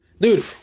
Dude